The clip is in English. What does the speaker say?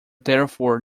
therefore